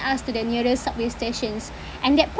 us to the nearest subway stations and that